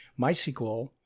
MySQL